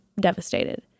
devastated